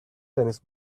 tennis